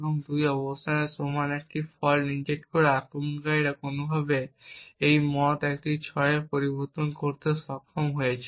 এবং 2টি অবস্থানের সমান একটি ফল্ট ইনজেক্ট করে আক্রমণকারী কোনোভাবে এই মত একটি 6 পরিবর্তন করতে সক্ষম হয়েছে